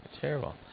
terrible